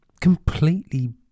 completely